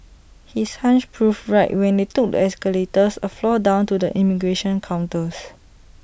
his hunch proved right when they took escalators A floor down to the immigration counters